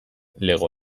lego